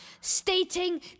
stating